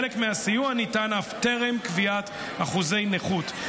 חלק מהסיוע ניתן אף בטרם קביעת אחוזי נכות.